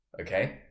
Okay